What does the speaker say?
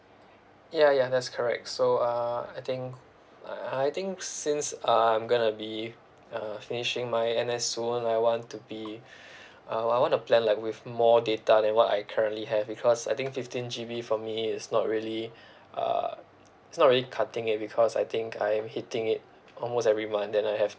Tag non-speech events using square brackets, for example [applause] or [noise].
ya ya that's correct so uh I think uh I think since I'm gonna be uh finishing my N_S soon I want to be [breath] I want want a plan like with more data than what I currently have because I think fifteen G_B for me is not really [breath] uh it's not really cutting it because I think I'm hitting it almost every month then I have